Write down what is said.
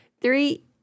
Three